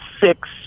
six